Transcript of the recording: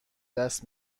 دست